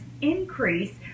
increase